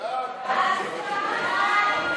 ההצעה להעביר את הצעת חוק בתי המשפט (תיקון מס'